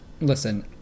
listen